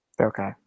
Okay